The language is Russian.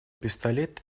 пистолет